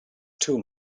too